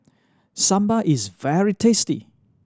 sambar is very tasty